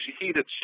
heated